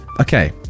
okay